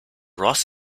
ross